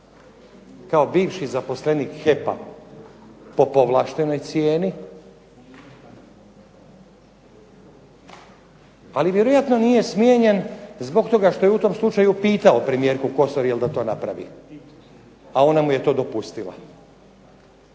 kao bivši zaposlenik HEP-a po povlaštenoj cijeni, ali vjerojatno nije smijenjen zbog toga što je u tom slučaju pitao premijerku jel da to napravi, a ona mu je to dopustila.